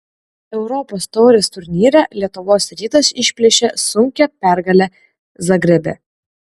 europos taurės turnyre lietuvos rytas išplėšė sunkią pergalę zagrebe